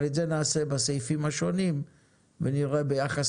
אבל את זה נעשה בסעיפים השונים ונראה ביחס